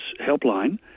helpline